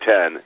Ten